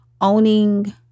owning